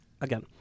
again